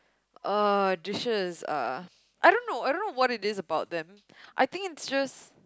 uh dishes uh I don't know I don't know what is it about them I think it's just